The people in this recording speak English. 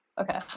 Okay